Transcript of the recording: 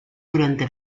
durante